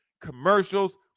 commercials